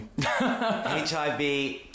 HIV